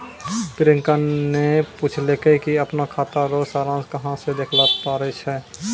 प्रियंका ने पूछलकै कि अपनो खाता रो सारांश कहां से देखै पारै छै